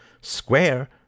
square